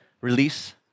release